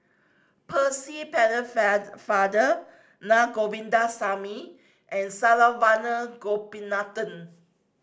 Percy father Na Govindasamy and Saravanan Gopinathan